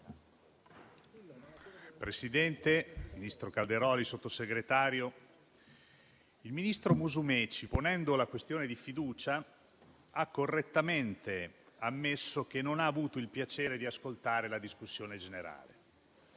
Presidente, ministro Calderoli, signor Sottosegretario, il ministro Musumeci, ponendo la questione di fiducia, ha correttamente ammesso di non aver avuto il piacere di ascoltare la discussione generale.